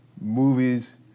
movies